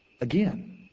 again